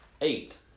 Eight